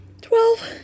twelve